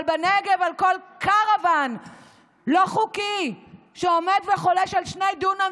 אבל בנגב על כל קרוואן לא חוקי שעומד וחולש על שני דונם,